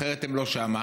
אחרת הם לא שם.